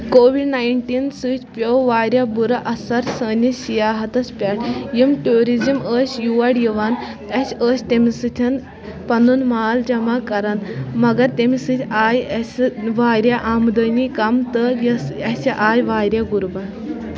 covid nineteen سۭتۍ پیوو واریاہ بُرٕ اَثر سٲنِس سِیاحتس پٮ۪ٹھ یِم ٹوٗزِزٕم ٲسۍ یور یِوان أسۍ ٲسۍ تٔمِس سۭتن پَنُن مال جمع کران مَگر تَمہِ سۭتۍ آسہِ أسۍ واریاہ آمدنی کَم تہٕ یۄس اَسہِ آیہِ واریاہ غُربت